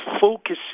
focusing